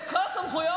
את כל הסמכויות,